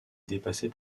dépassée